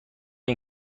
این